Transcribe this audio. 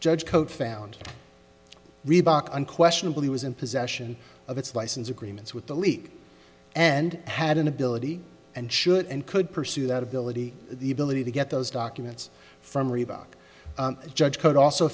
judge coat found reebok unquestionably was in possession of its license agreements with the leak and had an ability and should and could pursue that ability the ability to get those documents from reebok a judge could also